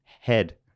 head